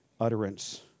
utterance